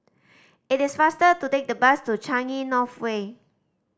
it is faster to take the bus to Changi North Way